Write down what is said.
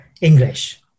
English